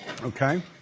Okay